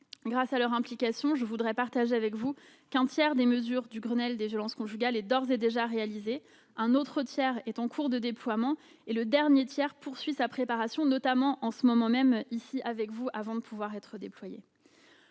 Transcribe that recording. Grâce à leur implication, un tiers des mesures du Grenelle des violences conjugales est d'ores et déjà réalisé. Un autre tiers est en cours de déploiement. Le dernier tiers poursuit sa préparation, notamment en ce moment même, ici, avec vous, avant de pouvoir être déployé.